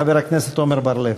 חבר הכנסת עמר בר-לב.